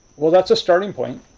well, that's a starting point.